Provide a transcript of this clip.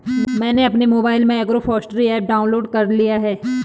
मैंने अपने मोबाइल में एग्रोफॉसट्री ऐप डाउनलोड कर लिया है